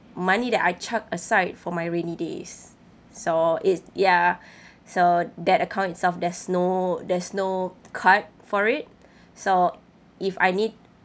money that I chucked aside for my rainy days so it ya so that account itself there's no there's no card for it so if I need